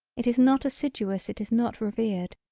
it is not assiduous it is not revered.